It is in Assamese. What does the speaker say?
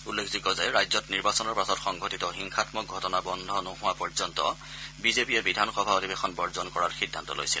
উল্লেখযোগ্য যে ৰাজ্যত নিৰ্বাচনৰ পাছত সংঘটিত হিংসাম্মাক ঘটনা বন্ধ নোহোৱা পৰ্যন্ত বিজেপিয়ে বিধানসভা অধিৱেশন বৰ্জন কৰাৰ সিদ্ধান্ত লৈছিল